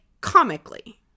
comically